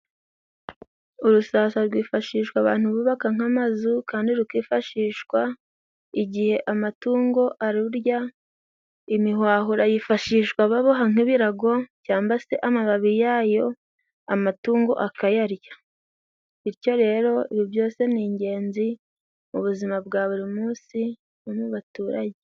Urusasa rwifashishwa abantu bubaka nk'amazu kandi rukifashishwa igihe amatungo arurya, imihwahura yifashishwa baboha nk'ibirago cyamba se amababi yayo amatungo akayarya ,bityo rero ibi byose ni ingenzi mu buzima bwa buri munsi no mu baturage.